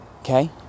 okay